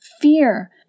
fear